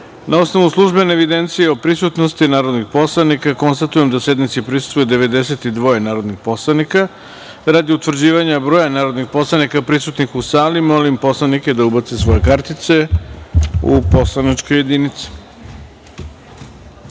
osnovu službene evidencije o prisutnosti narodnih poslanika, konstatujem da sednici prisustvuje 92 narodnih poslanika. Radi utvrđivanja broja narodnih poslanika prisutnih u sali, molim poslanike da ubace svoje identifikacione kartice